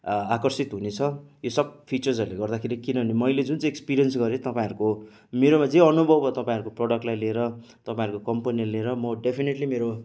आकर्षित हुनेछ यो सब फिचर्सहरूले गर्दाखेरि किनभने मैले जुन चाहिँ एक्सपेरियन्स गरेँ तपाईँहरूको मेरोमा जे अनुभव भयो तपाईँहरूको प्रडक्टलाई लिएर तपाईँहरूको कम्पनीलाई लिएर म डेफिनेटली मेरो